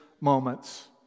moments